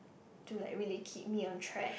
to like really keep me on track